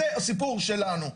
זה הסיפור שלנו.